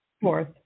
fourth